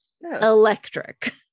electric